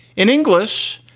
in english.